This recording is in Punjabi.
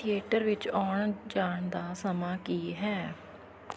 ਥਿਏਟਰ ਵਿੱਚ ਆਉਣ ਜਾਣ ਦਾ ਸਮਾਂ ਕੀ ਹੈ